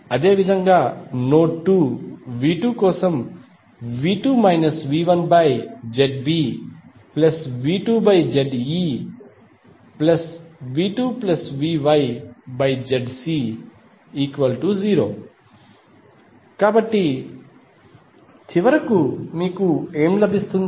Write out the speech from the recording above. అదేవిధంగా node 2 V2 కోసం V2 V1ZBV2ZEV2VYZC0 కాబట్టి చివరికి మీకు ఏమి లభిస్తుంది